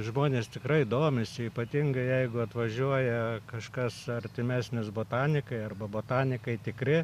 žmonės tikrai domisi ypatingai jeigu atvažiuoja kažkas artimesnis botanikai arba botanikai tikri